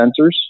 sensors